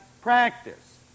practice